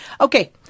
Okay